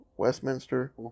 Westminster